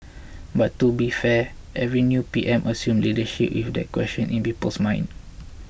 but to be fair every new P M assumes leadership with that question in people's minds